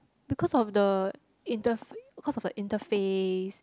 because of the interf~ because of the interface